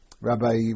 Rabbi